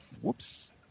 Whoops